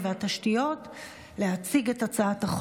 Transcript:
יש הודעה?